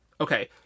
okay